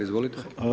Izvolite!